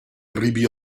arribe